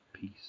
peace